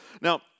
Now